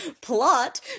Plot